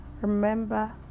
Remember